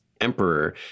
emperor